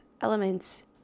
elements